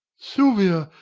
silvia,